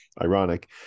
ironic